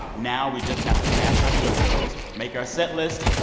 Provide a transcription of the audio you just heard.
now we just have to cast our show girls, make our set list,